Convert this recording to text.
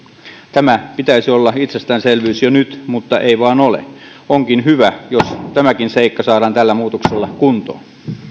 tämän pitäisi olla itsestäänselvyys jo nyt mutta ei vain ole onkin hyvä jos tämäkin seikka saadaan tällä muutoksella kuntoon